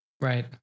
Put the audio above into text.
Right